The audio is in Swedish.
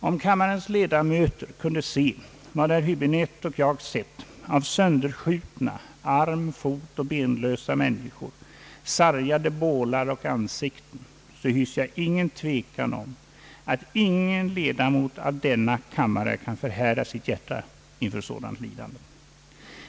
Om kammarens ledamöter kunde se vad herr Häbinette och jag sett av sönderskjutna arm-, fotoch benlösa människor, sargade bålar och ansikten, så är jag förvissad om att ingen ledamot av denna kammare kan förhärda sitt hjärta inför sådant lidande.